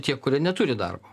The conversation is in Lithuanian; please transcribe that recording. tie kurie neturi darbo